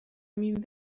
mis